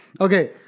Okay